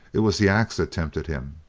it was the axe that tempted him.